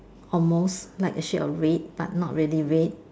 almost like the shade of red but not really red